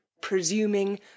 presuming